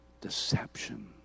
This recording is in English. deception